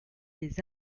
des